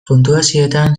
puntuazioetan